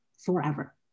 forever